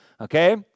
Okay